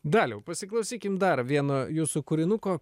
daliau pasiklausykim dar vieno jūsų kūrinuko